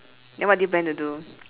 then what do you plan to do